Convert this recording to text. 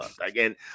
Again